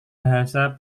bahasa